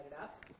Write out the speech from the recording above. up